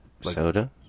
soda